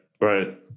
Right